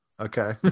okay